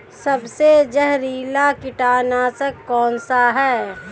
सबसे जहरीला कीटनाशक कौन सा है?